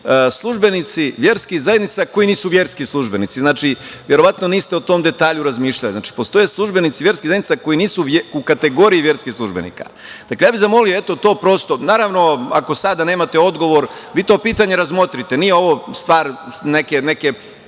službenici verskih zajednica koji nisu verski službenici. Verovatno niste o tom detalju razmišljali. Znači, postoje službenici verskih zajednica koji nisu u kategoriji verskih službenika. Dakle, ja bih zamolio eto to. Naravno, ako sada nemate odgovor, vi to pitanje razmotrite. Nije ovo stvar prosto